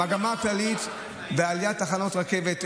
המגמה הכללית היא שעל יד תחנות רכבת,